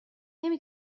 نمی